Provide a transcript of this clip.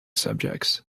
subjects